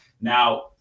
Now